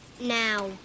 Now